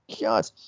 God